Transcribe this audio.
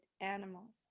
animals